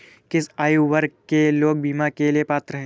किस आयु वर्ग के लोग बीमा के लिए पात्र हैं?